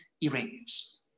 Iranians